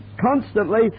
constantly